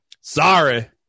Sorry